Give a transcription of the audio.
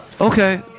Okay